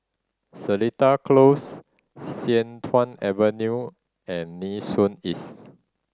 Seletar Close Sian Tuan Avenue and Nee Soon East